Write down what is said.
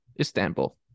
Istanbul